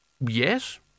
Yes